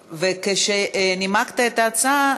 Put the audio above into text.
כשנימקת את ההצעה,